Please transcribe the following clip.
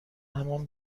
همان